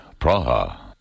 Praha